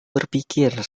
berpikir